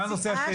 מה הנושא השני?